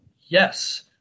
yes